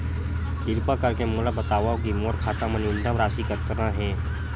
किरपा करके मोला बतावव कि मोर खाता मा न्यूनतम राशि कतना हे